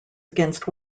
against